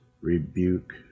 rebuke